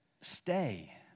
Stay